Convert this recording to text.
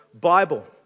Bible